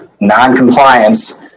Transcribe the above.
noncompliance